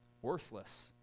worthless